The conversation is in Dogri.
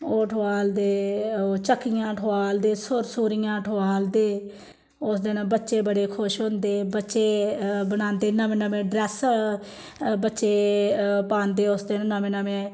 ओह् ठोआलदे ओह् चक्कियां ठोआलदे सुरसुरियां ठोआलदे उस दिन बच्चे बड़े खुश होंदे बच्चे बनांदे नमें नमें ड्रैस्स बच्चे पांदे उस दिन नमें नमें